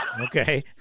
Okay